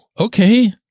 Okay